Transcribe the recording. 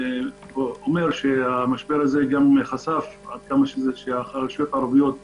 המשבר חשף עד כמה הרשויות הערביות חלשות,